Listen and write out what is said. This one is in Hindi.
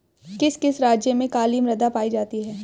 किस किस राज्य में काली मृदा पाई जाती है?